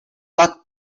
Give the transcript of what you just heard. blood